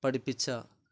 പഠിപ്പിച്ച